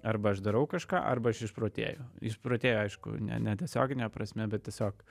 arba aš darau kažką arba aš išprotėju išprotėju aišku ne ne tiesiogine prasme bet tiesiog